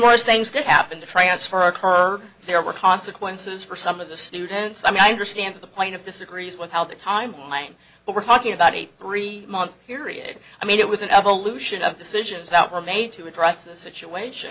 worst things to happen the transfer occur there were consequences for some of the students i mean i understand the point of disagrees with how the timeline but we're talking about a three month period i mean it was an evolution of decisions that were made to address this situation